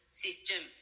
system